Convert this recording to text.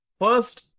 first